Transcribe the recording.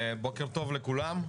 בוקר טוב לכולם.